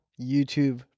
YouTube